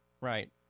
Right